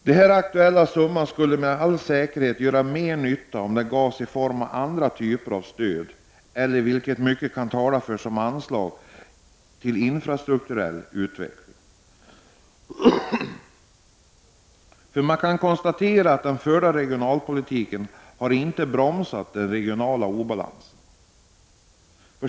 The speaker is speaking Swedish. Den här aktuella summan skulle med säkerhet göra mer nytta, om den gavs som annat stöd eller — vilket mycket kan tala för — som anslag till infrastrukturell utveckling, för man kan konstatera att den förda regionalpolitiken inte har bromsat den regionala obalansen.